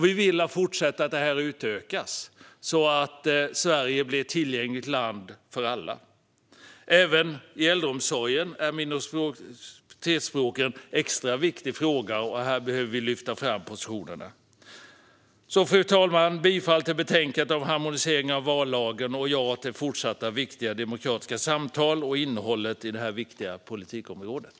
Vi vill att de ska fortsätta utökas, så att Sverige blir ett tillgängligt land för alla. Även i äldreomsorgen är minoritetsspråken extra viktiga. Här behöver vi flytta fram positionerna. Fru talman! Jag yrkar bifall till utskottets förslag i betänkandet om harmonisering om vallagen - ja till fortsatta viktiga demokratiska samtal och till innehållet i det här viktiga politikområdet!